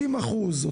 עובדות מקומיות.